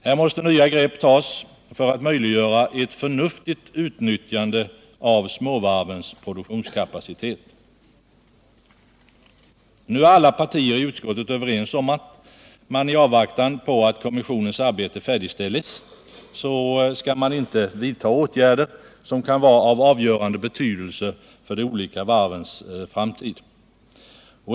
Här måste nya grepp tas för att möjliggöra ett förnuftigt utnyttjande av småvarvens produktionskapacitet. Nu är alla partier i utskottet överens om att man i avvaktan på att kommissionens arbete färdigställs inte skall vidta åtgärder som kan vara av avgörande betydelse för de olika varvens framtid.